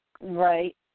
Right